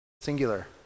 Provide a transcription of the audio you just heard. singular